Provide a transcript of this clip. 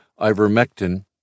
Ivermectin